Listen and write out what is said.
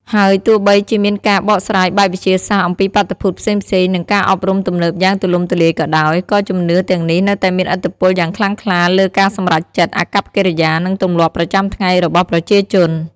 ហើយទោះបីជាមានការបកស្រាយបែបវិទ្យាសាស្ត្រអំពីបាតុភូតផ្សេងៗ និងការអប់រំទំនើបយ៉ាងទូលំទូលាយក៏ដោយ ក៏ជំនឿទាំងនេះនៅតែមានឥទ្ធិពលយ៉ាងខ្លាំងក្លាលើការសម្រេចចិត្ត អាកប្បកិរិយា និងទម្លាប់ប្រចាំថ្ងៃរបស់ប្រជាជន។